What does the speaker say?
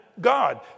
God